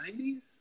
90s